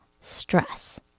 stress